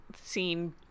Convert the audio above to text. scene